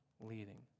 leading